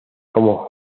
como